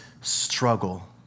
struggle